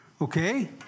Okay